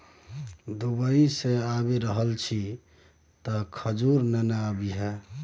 Dubai सँ आबि रहल छी तँ खजूर नेने आबिहे